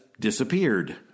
disappeared